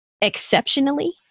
exceptionally